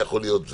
יכול להיות.